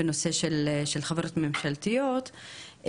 בנושא של חברות ממשלתיות,